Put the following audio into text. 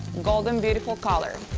golden beautiful color.